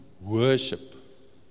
Worship